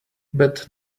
bad